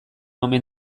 omen